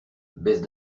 baisse